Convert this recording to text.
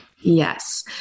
Yes